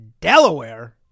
delaware